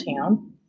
town